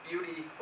Beauty